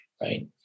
right